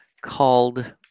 called